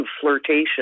flirtation